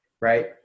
right